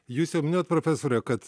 jūs jau minėjot profesore kad